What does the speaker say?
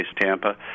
Tampa